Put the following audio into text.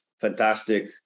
fantastic